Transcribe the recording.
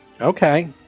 Okay